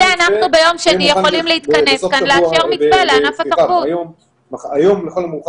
אנחנו עד עכשיו מגרדים בראש ולא מבינים למה.